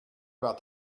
about